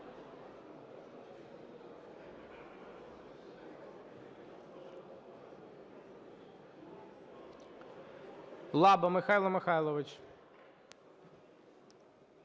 Лаба Михайло Михайлович.